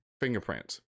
fingerprints